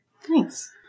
Thanks